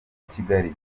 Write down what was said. kigali